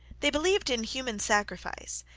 they believed in human sacrifice,